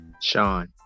Sean